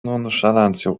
nonszalancją